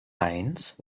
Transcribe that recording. eins